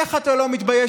איך אתה לא מתבייש,